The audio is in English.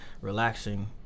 relaxing